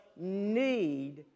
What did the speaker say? need